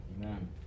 Amen